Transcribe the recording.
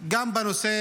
גם בנושא